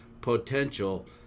potential